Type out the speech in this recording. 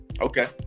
Okay